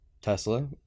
Tesla